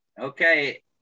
Okay